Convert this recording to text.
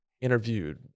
interviewed